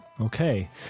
Okay